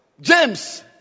James